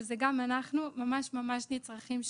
אבל זה גם אנחנו שממש ממש היינו נצרכים שם.